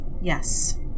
yes